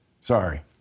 Sorry